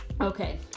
Okay